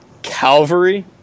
Calvary